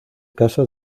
caso